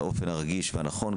ובאופן הרגיש והנכון,